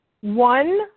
one